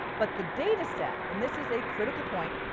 but the data set, and this is a critical point.